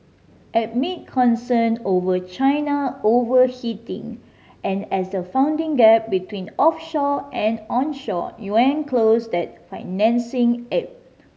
amid concerns over China overheating and as the funding gap between offshore and onshore yuan closed that financing ebbed